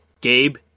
Gabe